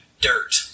dirt